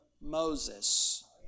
Moses